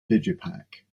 digipak